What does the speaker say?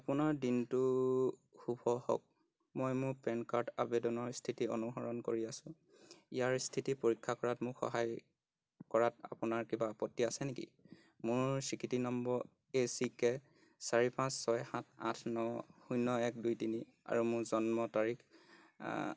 আপোনাৰ দিনটো শুভ হওঁক মই মোৰ পেন কাৰ্ড আৱেদনৰ স্থিতি অনুসৰণ কৰি আছো ইয়াৰ স্থিতি পৰীক্ষা কৰাত মোক সহায় কৰাত আপোনাৰ কিবা আপত্তি আছে নেকি মোৰ স্বীকৃতি নম্বৰ এ চি কে চাৰি পাঁচ ছয় সাত আঠ ন শূন্য এক দুই তিনি আৰু মোৰ জন্ম তাৰিখ